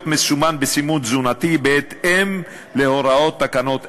מסומן בסימון תזונתי בהתאם להוראות תקנות אלה.